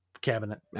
cabinet